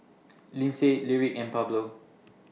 Lindsay Lyric and Pablo